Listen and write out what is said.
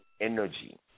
energy